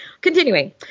Continuing